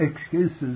excuses